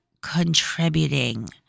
contributing